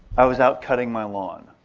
i was out cutting my lawn.